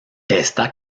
está